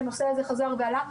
שהנושא הזה חזר ועלה,